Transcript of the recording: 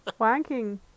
Wanking